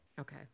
Okay